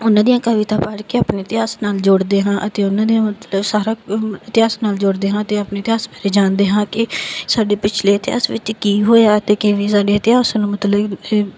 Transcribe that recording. ਉਹਨਾਂ ਦੀਆਂ ਕਵਿਤਾ ਪੜ੍ਹ ਕੇ ਆਪਣੇ ਇਤਿਹਾਸ ਨਾਲ ਜੋੜਦੇ ਹਾਂ ਅਤੇ ਉਹਨਾਂ ਦੇ ਮਤਲਬ ਸਾਰਾ ਇਤਿਹਾਸ ਨਾਲ ਜੋੜਦੇ ਹਾਂ ਅਤੇ ਆਪਣੇ ਇਤਿਹਾਸ ਬਾਰੇ ਜਾਣਦੇ ਹਾਂ ਕਿ ਸਾਡੇ ਪਿਛਲੇ ਇਤਿਹਾਸ ਵਿੱਚ ਕੀ ਹੋਇਆ ਅਤੇ ਕਿਵੇਂ ਸਾਡੇ ਇਤਿਹਾਸ ਨੂੰ ਮਤਲਬ ਕਿ